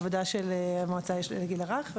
במועצה לגיל הרך.